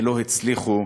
ולא הצליחו,